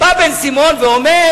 בא בן-סימון ואומר